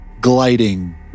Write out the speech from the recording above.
gliding